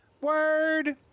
Word